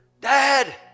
Dad